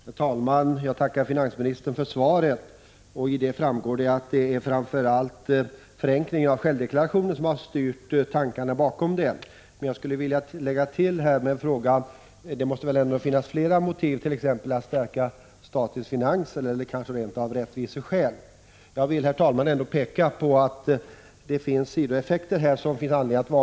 Herr talman! Jag tackar finansministern för svaret. Av svaret framgår att det framför allt är förenklingen av självdeklarationen som har styrt tankarna på en skärpt beskattning av bilförmån. Jag skulle därför vilja lägga till en fråga: Det måste väl finnas flera motiv, t.ex. att stärka statens finanser, eller rent av rättviseskäl? Jag vill, herr talman, peka på att det finns anledning att varna för sidoeffekter.